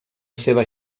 seva